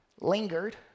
lingered